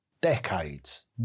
decades